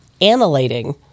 annihilating